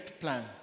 plan